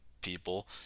people